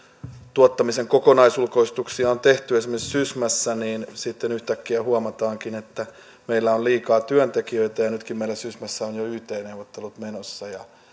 tuottamisen kokonaisulkoistuksia on tehty esimerkiksi sysmässä niin sitten yhtäkkiä huomataankin että meillä on liikaa työntekijöitä ja ja nytkin meillä sysmässä on jo yt neuvottelut menossa ja